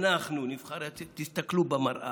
נבחרי הציבור: תסתכלו במראה.